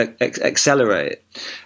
accelerate